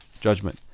judgment